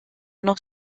noch